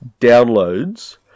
downloads